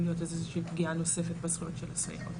להיות איזו שהיא פגיעה בזכויות של הסייעות,